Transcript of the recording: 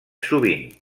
sovint